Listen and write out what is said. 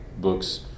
books